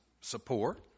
support